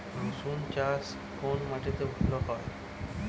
রুসুন চাষ কোন মাটিতে ভালো হয়?